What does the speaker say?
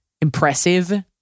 Impressive